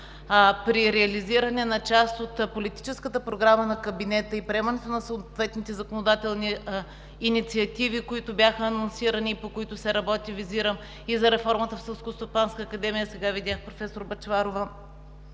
при реализиране на част от Политическата програма на кабинета и приемането на съответните законодателни инициативи, които бяха анонсирани и по които се работи – визирам и за реформата в Селскостопанската академия, сега видях професор Бъчварова,